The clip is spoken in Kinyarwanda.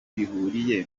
bihuriye